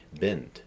bend